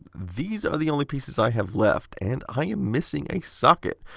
these are the only pieces i have left, and i am missing a socket,